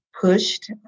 pushed